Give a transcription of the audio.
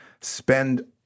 spend